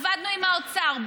עבדנו עם האוצר,